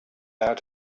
out